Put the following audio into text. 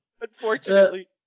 Unfortunately